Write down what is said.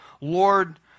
Lord